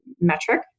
metric